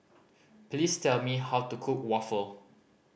please tell me how to cook waffle